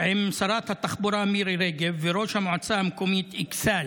עם שרת התחבורה מירי רגב וראש המועצה המקומית אכסאל